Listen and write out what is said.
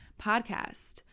podcast